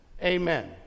Amen